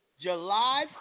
July